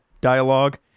dialogue